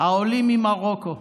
העולים ממרוקו,